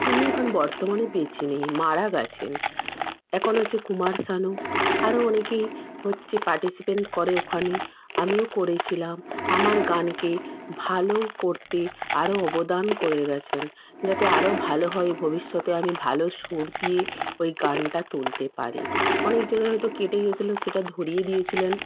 উনি এখন বর্তমানে বেঁচে নেই মারা গেছেন একন হচ্ছে কুমার শানু আরো অনেকেই হচ্ছে পার্টিসিপেট করে ওখানে আমিও করেছিলাম আমার গানকে ভালো করতে আরো অবদান করে গেছেন যাতে আরো ভালো হয় ভবিষ্যতে আমি ভালো সুর দিয়ে ওই গানটা তুলতে পারি অনেক জায়গায় হয়তো কেটে গেছিলো সেটা ধরিয়ে দিয়েছিলেন